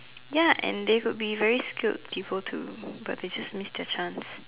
ya and they could be very skilled people too but they just miss their chance